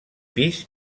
pis